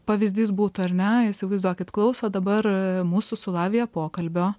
pavyzdys būtų ar ne įsivaizduokit klauso dabar mūsų su lavija pokalbio